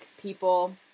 people